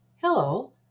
Hello